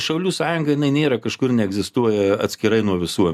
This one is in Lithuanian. šaulių sąjunga jinai nėra kažkur neegzistuoja atskirai nuo visų